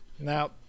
Now